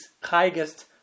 highest